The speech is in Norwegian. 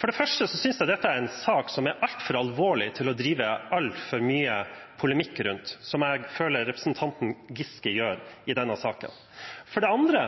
For det første synes jeg dette er en sak som er altfor alvorlig til å drive for mye polemikk rundt, som jeg føler representanten Giske gjør i denne saken. For det andre